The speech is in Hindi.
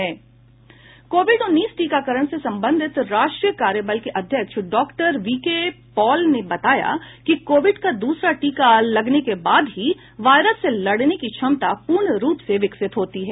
कोविड उन्नीस टीकाकरण से संबंधित राष्ट्रीय कार्यबल के अध्यक्ष डॉक्टर वीके पॉल ने बताया है कि कोविड का दूसरा टीका लगने के बाद ही वायरस से लड़ने की क्षमता पूर्ण रूप से विकसित होती है